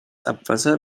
abwasser